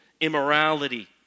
immorality